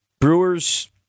Brewers